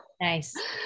Nice